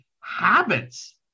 habits